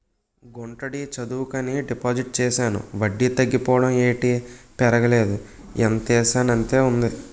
గుంటడి చదువుకని డిపాజిట్ చేశాను వడ్డీ తగ్గిపోవడం ఏటి పెరగలేదు ఎంతేసానంతే ఉంది